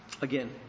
again